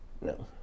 no